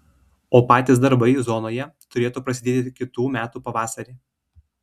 o patys darbai zonoje turėtų prasidėti kitų metų pavasarį